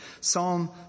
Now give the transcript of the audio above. Psalm